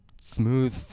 smooth